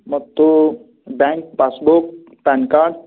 ಮತ್ತು bank passbook PAN card